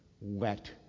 wet